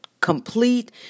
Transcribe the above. complete